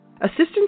Assistant